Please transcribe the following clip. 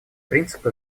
принципы